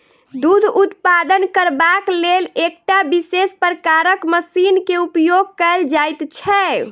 दूध उत्पादन करबाक लेल एकटा विशेष प्रकारक मशीन के उपयोग कयल जाइत छै